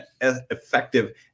effective